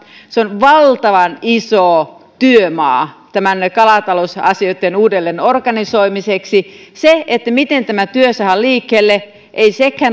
se on valtavan iso työmaa kalatalousasioiden uudelleenorganisoimiseksi ei sekään miten tämä työ saadaan liikkeelle